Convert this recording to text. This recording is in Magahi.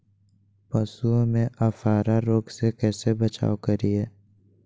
पशुओं में अफारा रोग से कैसे बचाव करिये?